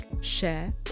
share